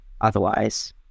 otherwise